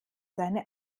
seine